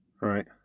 Right